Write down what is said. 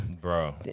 Bro